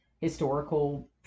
historical